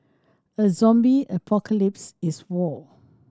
a zombie apocalypse is war